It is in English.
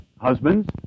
Husbands